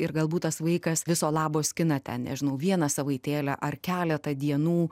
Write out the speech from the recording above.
ir galbūt tas vaikas viso labo skina ten nežinau vieną savaitėlę ar keletą dienų